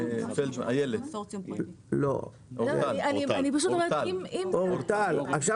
איך